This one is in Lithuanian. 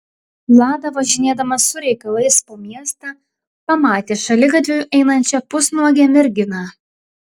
lada važinėdamas su reikalais po miestą pamatė šaligatviu einančią pusnuogę merginą